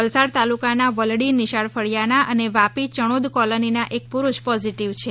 વલસાડ તાલુકાના વલડી નિશાળ ફળિયાના અને વાપી યણોદ કોલોનીના એક પુરૂષ પોઝીટીવ છે